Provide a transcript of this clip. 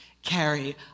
carry